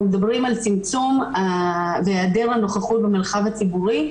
אנחנו מדברים על היעדר הנוכחות במרחב הציבורי.